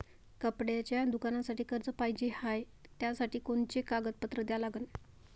कपड्याच्या दुकानासाठी कर्ज पाहिजे हाय, त्यासाठी कोनचे कागदपत्र द्या लागन?